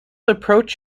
approach